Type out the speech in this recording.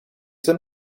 them